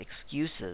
excuses